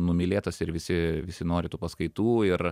numylėtas ir visi visi nori tų paskaitų ir